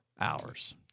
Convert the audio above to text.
hours